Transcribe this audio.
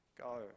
go